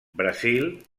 brasil